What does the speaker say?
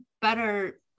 better